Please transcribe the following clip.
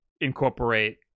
incorporate